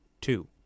Two